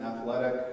Athletic